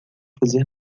fazer